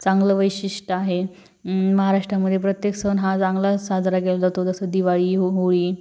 चांगलं वैशिष्ट्य आहे महाराष्ट्रामध्ये प्रत्येक सण हा चांगला साजरा केला जातो जसं दिवाळी हो होळी